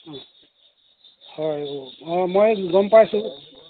অ হয় অ' অ মই গম